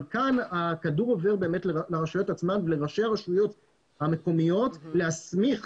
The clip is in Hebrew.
כאן הכדור עובר לראשי הרשויות המקומיות עצמן להסמיך